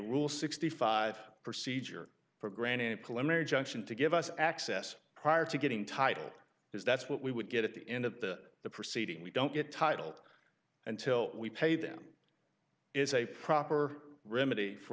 rule sixty five for siege or for granite collimator junction to give us access prior to getting title is that's what we would get at the end of that the proceeding we don't get titled until we pay them is a proper remedy for